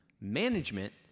Management